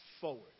forward